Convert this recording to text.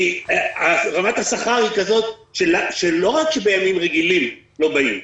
כי רמת השכר היא כזאת שלא רק שבימים רגילים לא באים,